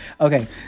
Okay